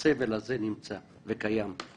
בעניין המסתננים וסגירת מתקן חולות,